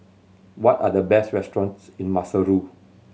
what are the best restaurants in Maseru